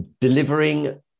delivering